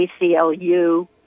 ACLU